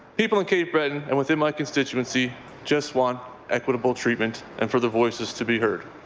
people in cape breton and within my constituency just want equitable treatment and for their voices to be heard